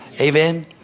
Amen